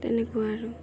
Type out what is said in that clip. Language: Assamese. তেনেকুৱা আৰু